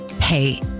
Hey